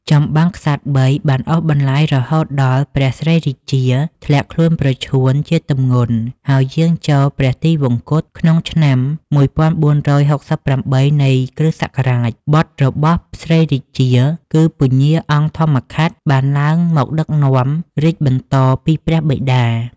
ចម្បាំងក្សត្របី បានអូសបន្លាយរហូតដល់ ព្រះស្រីរាជា ធ្លាក់ខ្លួនប្រឈួនជាទម្ងន់ហើយយាងចូលព្រះទីវង្គតក្នុងឆ្នាំ ១៤៦៨ នៃគ.សករាជ បុត្ររបស់ស្រីរាជា គឺពញ្ញាអង្គធម្មខាត់ បានឡើងមកដឹកនាំរាជបន្តពីព្រះបិតា។